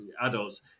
adults